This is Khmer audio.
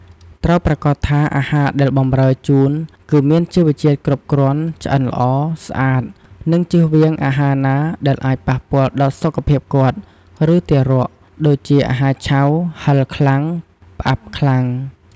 ត្រូវប្រាកដថាអាហារដែលបម្រើជូនគឺមានជីវជាតិគ្រប់គ្រាន់ ឆ្អិនល្អ ស្អាត និងជៀសវាងអាហារណាដែលអាចប៉ះពាល់ដល់សុខភាពគាត់ ឬទារក ដូចជាអាហារឆៅ ហឹរខ្លាំង ផ្អាប់ខ្លាំង។